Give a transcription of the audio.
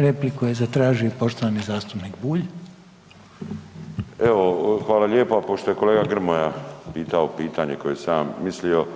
Repliku je zatražio poštovani zastupnik Bulj. **Bulj, Miro (MOST)** Evo, hvala lijepa. Pošto je kolega Grmoja pitao pitanje koje sam ja mislio,